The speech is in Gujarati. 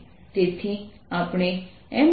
તેથી આપણે M